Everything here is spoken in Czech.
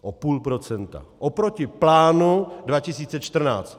O půl procenta oproti plánu 2014.